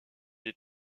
des